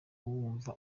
wumva